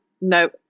no